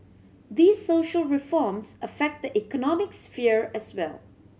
these social reforms affect the economic sphere as well